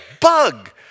bug